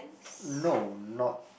no not